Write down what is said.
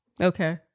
Okay